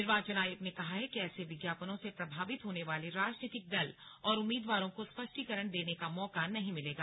निर्वाचन आयोग ने कहा है कि ऐसे विज्ञापनों से प्रभावित होने वाले राजनीतिक दल और उम्मीदवारों को स्पष्टीकरण देने का मौका नहीं मिलेगा